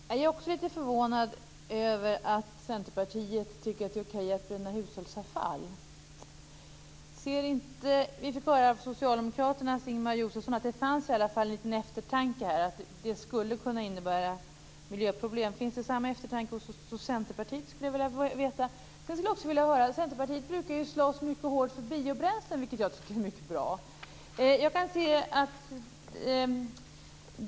Fru talman! Jag är också lite förvånad över att Centerpartiet tycker att det är okej att bränna hushållsavfall. Vi fick höra från Socialdemokraternas Ingemar Josefsson att det i alla fall fanns en liten eftertanke om att det skulle kunna innebära miljöproblem. Jag skulle vilja veta om samma eftertanke finns hos Centerpartiet. Centerpartiet brukar ju slåss mycket hårt för biobränslen, vilket jag tycker är mycket bra.